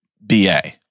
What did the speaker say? BA